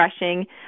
refreshing